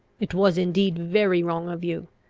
it was indeed very wrong of you.